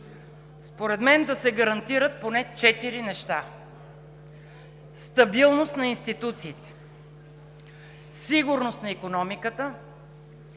Според мен, да се гарантират поне четири неща: стабилност на институциите, сигурност на икономиката,